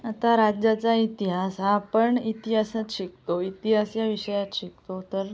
आता राज्याचा इतिहास हा आपण इतिहासात शिकतो इतिहास या विषयात शिकतो तर